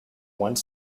one